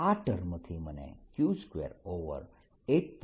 આ ટર્મથી મને Q28π0R મળ્યુ